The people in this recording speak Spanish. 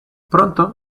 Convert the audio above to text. pronto